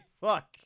fuck